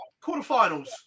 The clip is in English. Quarterfinals